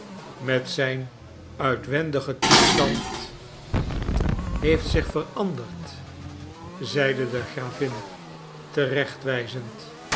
met zijn uitwendige toestand heeft zich veranderd zeide de gravin